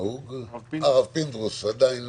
הרב גפני.